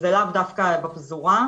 זה לאו דווקא בפזורה,